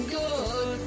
good